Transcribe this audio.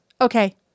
Okay